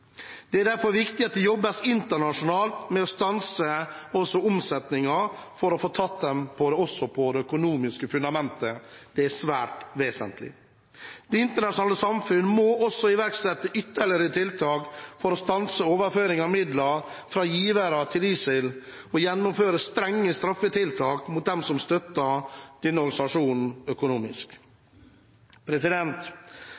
er det viktig at det jobbes internasjonalt med å stanse også omsetningen for å ta dem også når det gjelder det økonomiske fundamentet. Det er svært vesentlig. Det internasjonale samfunnet må også iverksette ytterligere tiltak for å stanse overføringen av midler fra givere til ISIL og gjennomføre strenge straffetiltak mot dem som støtter denne organisasjonen